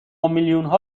میلیونها